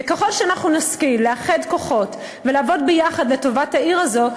וככל שאנחנו נשכיל לאחד כוחות ולעבוד ביחד לטובת העיר הזאת,